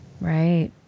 right